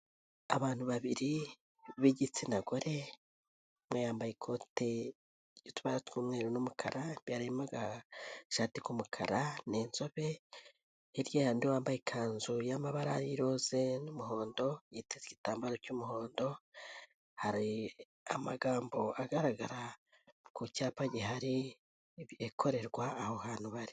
Abantu babiri b'igitsina gore bayambaye ikote ry'utubara tw'umweru n'umukara, imbere harimo agashati k'umukara, ni inzobe hirya hari undi wambaye ikanzu y'amabara y' iroze n'umuhondo yiteze igitambaro cy'umuhondo hari amagambo agaragara ku cyapa gihari ikorerwa aho hantu bari.